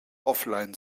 offline